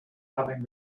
having